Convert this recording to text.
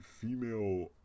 female